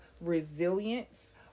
resilience